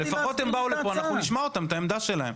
הם באו לפה, לפחות נשמע את העמדה שלהם.